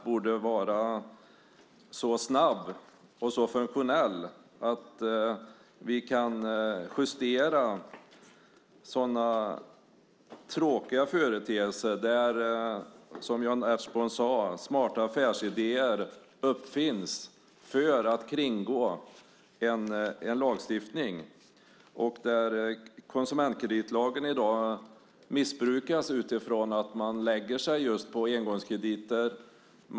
Den borde vara så snabb och funktionell att vi själva kunde justera sådana tråkiga företeelser. Smarta affärsidéer uppfinns för att kunna kringgå lagstiftningen, och i dag missbrukas konsumentkreditlagen genom att dessa företag lägger sig på just mindre engångskrediter.